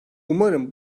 umarım